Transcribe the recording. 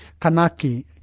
Kanaki